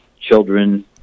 children